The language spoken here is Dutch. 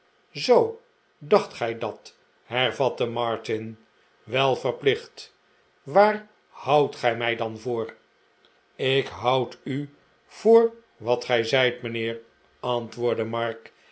zoo dacht gij dat hervatte martin wel verplicht waar houdt gij mij dan voor ik houd u voor wat gij zijt mijnheer antwoordde mark